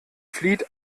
flieht